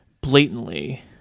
blatantly